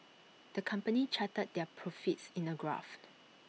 the company charted their profits in A graphed